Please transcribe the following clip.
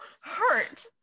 hurt